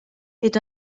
est